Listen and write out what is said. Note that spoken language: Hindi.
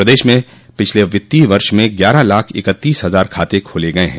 प्रदेश में पिछले वित्तीय वर्ष में ग्यारह लाख इकत्तीस हजार खाते खोले गये हैं